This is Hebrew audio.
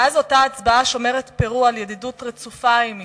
מאז אותה הצבעה שומרת פרו על ידידות רצופה עם ישראל.